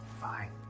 Fine